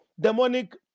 demonic